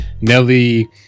Nelly